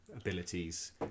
abilities